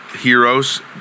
heroes